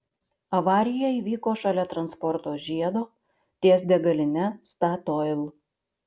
avarija įvyko šalia transporto žiedo ties degaline statoil